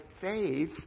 faith